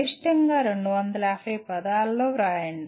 గరిష్టంగా 250 పదాలలో రాయండి